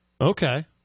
Okay